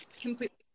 completely